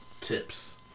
Tips